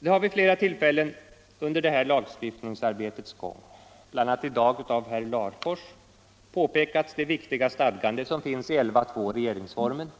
Det har vid flera tillfällen under detta lagstiftningsarbetes gång, bl.a. i dag av herr Larfors, pekats på det viktiga stadgande som finns i 11 kap. 2§ regeringsformen: